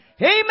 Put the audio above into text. Amen